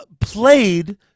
played